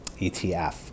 ETF